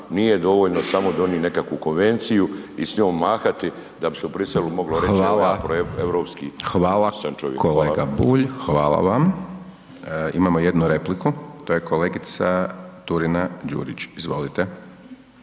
Nije dovoljno samo donijeti nekakvu konvenciju i s njom mahati da bi se u Bruxellesu moglo reći evo proeuropski sam čovjek. **Hajdaš Dončić, Siniša (SDP)** Hvala vam. Imamo jednu repliku. To je kolegica Turina Đurić. Izvolite.